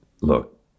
look